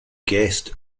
guest